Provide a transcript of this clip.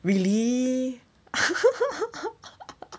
really